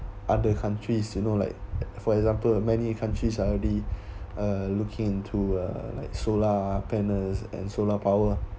other countries you know like for example many countries are already uh looking to uh like solar panels and solar power